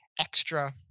Extra